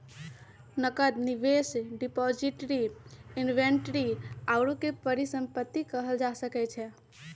नकद, निवेश, depository, inventory आउरो के परिसंपत्ति कहल जा सकइ छइ